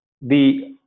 the-